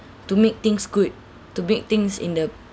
to make things good to make things in the